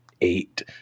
eight